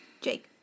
Jake